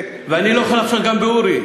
ואני לא יכול לחשוד גם באורי.